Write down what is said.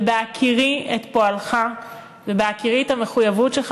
ובהכירי את פועלך ובהכירי את המחויבות שלך